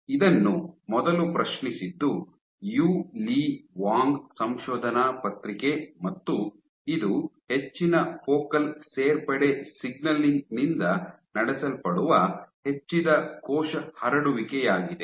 ಇದನ್ನು ಮೊದಲು ಪ್ರದರ್ಶಿಸಿದ್ದು ಯು ಲಿ ವಾಂಗ್ ಸಂಶೋಧನಾ ಪತ್ರಿಕೆ ಮತ್ತು ಇದು ಹೆಚ್ಚಿನ ಫೋಕಲ್ ಸೇರ್ಪಡೆ ಸಿಗ್ನಲಿಂಗ್ ನಿಂದ ನಡೆಸಲ್ಪಡುವ ಹೆಚ್ಚಿದ ಕೋಶ ಹರಡುವಿಕೆಯಾಗಿದೆ